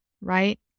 right